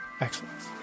Excellence